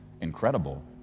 incredible